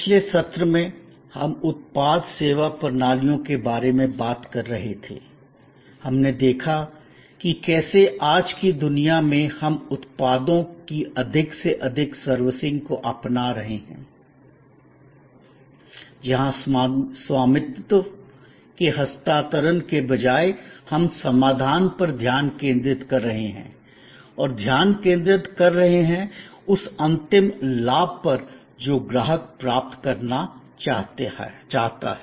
पिछले सत्र में हम उत्पाद सेवा प्रणालियों के बारे में बात कर रहे थे हमने देखा कि कैसे आज की दुनिया में हम उत्पादों की अधिक से अधिक सर्विसिंग को अपना रहे हैं जहां स्वामित्व के हस्तांतरण के बजाय हम समाधान पर ध्यान केंद्रित कर रहे हैं और ध्यान केंद्रित कर रहे हैं उस अंतिम लाभ पर जो ग्राहक प्राप्त करना चाहता है